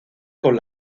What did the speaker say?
con